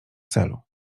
celu